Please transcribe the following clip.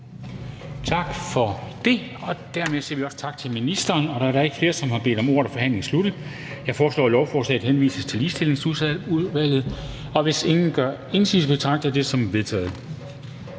Tak for det. Dermed siger vi også tak til ministeren. Da der ikke er flere, som har bedt om ordet, er forhandlingen sluttet. Jeg foreslår, at lovforslaget henvises til Ligestillingsudvalget, og hvis ingen gør indsigelse, betragter jeg det som vedtaget.